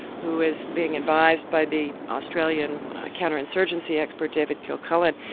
who is being advised by the australian counterinsurgency expert david kilcullen,